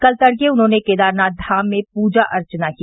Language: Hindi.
कल तड़के उन्होंने केदारनाथ धाम में पूजा अर्चना की